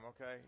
okay